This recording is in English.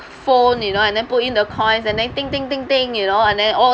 phone you know and then put in the coins and then ding ding ding ding you know and then oh